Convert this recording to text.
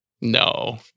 No